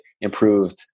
improved